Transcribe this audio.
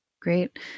Great